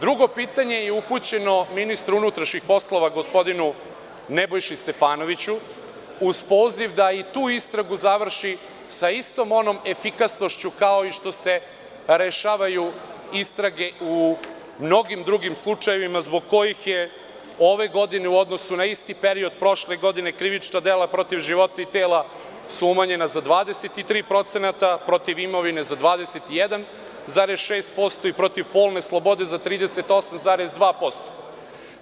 Drugo pitanje je upućeno ministru unutrašnjih poslova gospodinu Nebojši Stefanoviću, uz poziv da i tu istragu završi sa istom onom efikasnošću kao i što se rešavaju istrage u mnogim drugim slučajevima zbog kojih je ove godine u odnosu na isti period prošle godine, krivična dela protiv života i tela su umanjena za 23%, protiv imovine za 21,6%, protiv polne slobode za 38,2%